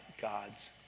God's